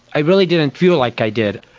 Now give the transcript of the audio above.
i really didn't feel like i did.